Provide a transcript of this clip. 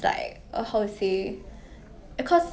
oh my god I was going to say that like !wah!